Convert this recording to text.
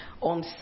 on